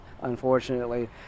unfortunately